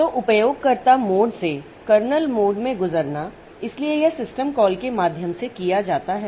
तो उपयोगकर्ता मोड से कर्नेल मोड में गुज़रना इसलिए यह सिस्टम कॉल के माध्यम से किया जाता है